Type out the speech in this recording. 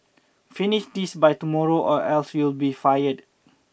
finish this by tomorrow or else you'll be fired